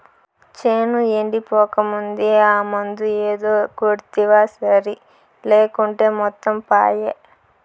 చేను ఎండిపోకముందే ఆ మందు ఏదో కొడ్తివా సరి లేకుంటే మొత్తం పాయే